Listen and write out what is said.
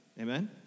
Amen